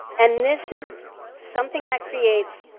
and this is something that creates